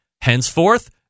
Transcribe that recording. Henceforth